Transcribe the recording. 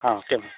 ಹಾಂ okay ma'am